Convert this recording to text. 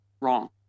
wrong